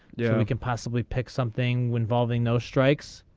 yeah can possibly pick something when balding no strikes.